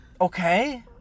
Okay